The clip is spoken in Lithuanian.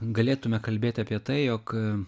galėtume kalbėti apie tai jog